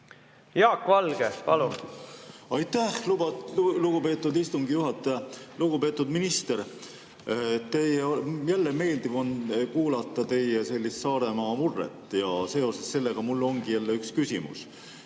Jaak Valge, palun! Aitäh, lugupeetud istungi juhataja! Lugupeetud minister! Jälle, meeldiv on kuulata teie Saaremaa murret ja seoses sellega mul ongi üks küsimus.